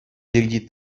пирки